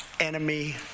enemy